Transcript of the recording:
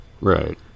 Right